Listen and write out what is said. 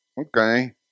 Okay